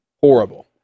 Horrible